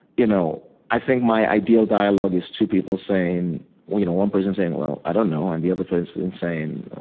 you know i think my ideal dialogue is two people saying you know one person saying, well, i don't know, and the other person saying,